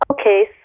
Okay